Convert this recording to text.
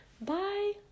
Bye